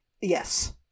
Yes